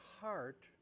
heart